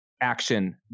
action